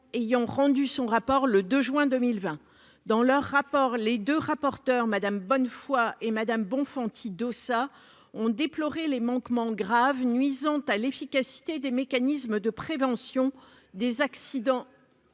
Rouen, rendues le 2 juin 2020. Dans celui-ci, les deux rapporteures, Mmes Bonnefoy et Bonfanti-Dossat, ont déploré les manquements graves nuisant à l'efficacité des mécanismes de prévention des accidents